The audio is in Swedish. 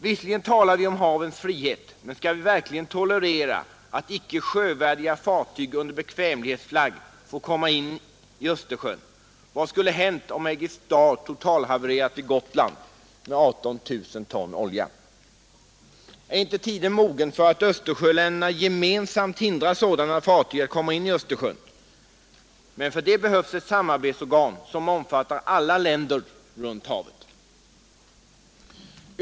Visserligen talar vi om havens frihet. Men skall vi verkligen tolerera att icke sjövärdiga fartyg under bekvämlighetsflagg får komma in i Östersjön? Vad skulle ha hänt om Aegis Star totalhavererat vid Gotland med 18 000 ton olja? Är inte tiden nu mogen för att Östersjöländerna gemensamt hindrar sådana fartyg att komma in i Östersjön? Men för det behövs ett samarbetsorgan som omfattar alla länder runt havet.